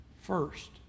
first